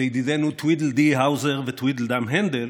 לידידינו טווידלדי האוזר וטווידלדם הנדל,